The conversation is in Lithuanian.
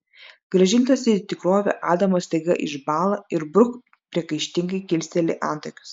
grąžintas į tikrovę adamas staiga išbąla ir bruk priekaištingai kilsteli antakius